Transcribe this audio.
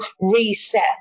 reset